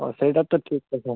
ହଁ ସେଇଟା ତ ଠିକ୍ କଥା